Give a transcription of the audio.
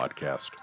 Podcast